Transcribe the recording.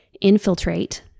infiltrate